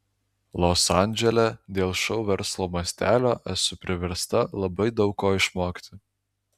los andžele dėl šou verslo mastelio esu priversta labai daug ko išmokti